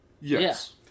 Yes